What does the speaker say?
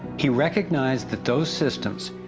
he recognized that those systems,